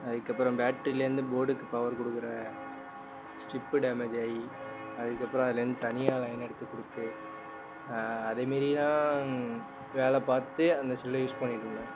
அதுக்கப்புறம் பேட்டரிலேருந்து போர்டுக்கு பவர் கொடுக்கற ஸ்ட்ரிப்பு டேமேஜாகி அதுக்கப்புறம் அதுலேருந்து தனியாக லைன் எடுத்துக் கொடுத்து அதைமாரிலாம் வேலை பார்த்து அந்த செல்லை யூஸ் பண்ணிட்டிருந்தேன்